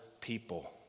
people